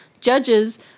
judges